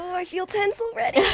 i feel tense already!